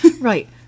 Right